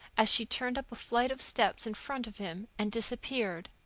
as she turned up a flight of steps in front of him and disappeared.